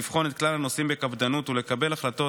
לבחון את כלל הנושאים בקפדנות ולקבל החלטות